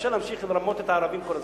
אפשר להמשיך ולרמות את הערבים כל הזמן.